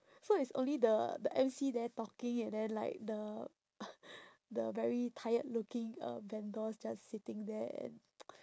so it's only the the emcee there talking and then like the the very tired looking uh vendors just sitting there and